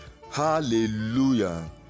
hallelujah